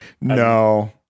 No